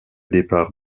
départ